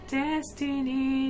destiny